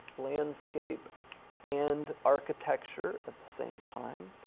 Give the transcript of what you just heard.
landscape and architecture at the same time.